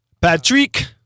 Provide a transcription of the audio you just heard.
Patrick